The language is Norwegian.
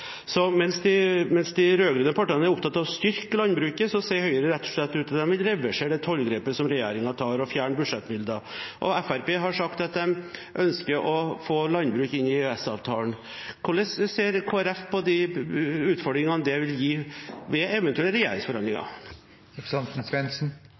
Så mens de rød-grønne partiene er opptatt av å styrke landbruket, ser det ut til at Høyre rett og slett vil reversere det tollgrepet som regjeringen tar, og fjerne budsjettmidler, og Fremskrittspartiet har sagt at de ønsker å få landbruk inn i EØS-avtalen. Hvordan ser Kristelig Folkeparti på de utfordringene det vil gi ved eventuelle regjeringsforhandlinger?